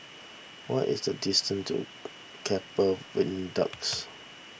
what is the distance to Keppel Viaducts